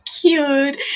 cute